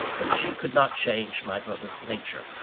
but she could not change my brother's nature.